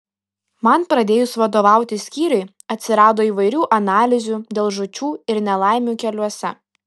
man pradėjus vadovauti skyriui atsirado įvairių analizių dėl žūčių ir nelaimių keliuose